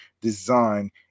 design